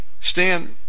Stan